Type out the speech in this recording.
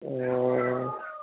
ꯑꯣ